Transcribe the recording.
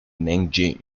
nanjing